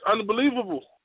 unbelievable